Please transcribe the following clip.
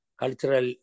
cultural